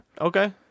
Okay